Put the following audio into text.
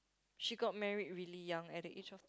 she got married really young at the age of